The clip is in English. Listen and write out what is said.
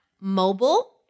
mobile